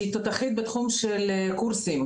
שהיא תותחית בתחום של קורסים.